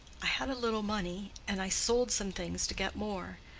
i had a little money, and i sold some things to get more.